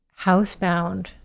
housebound